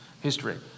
history